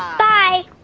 bye